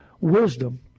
wisdom